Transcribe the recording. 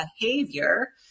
behavior